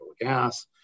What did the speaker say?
gas